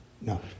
No